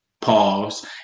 pause